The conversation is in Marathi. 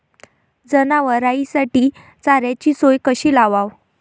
जनावराइसाठी चाऱ्याची सोय कशी लावाव?